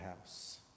house